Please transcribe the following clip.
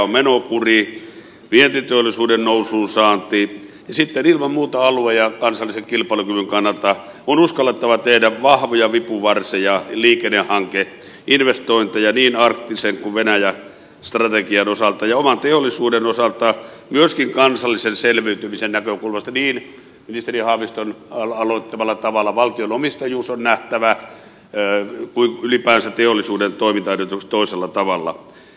tärkeää on menokuri vientiteollisuuden nousuun saanti ja sitten ilman muuta alue ja kansallisen kilpailukyvyn kannalta on uskallettava tehdä vahvoja vipuvarsia liikennehankeinvestointeja niin arktisen kuin venäjä strategian osalta ja oman teollisuuden osalta myöskin kansallisen selviytymisen näkökulmasta niin ministeri haaviston aloittamalla tavalla valtionomistajuus kuin ylipäänsä teollisuuden toimintaedellytykset on nähtävä toisella tavalla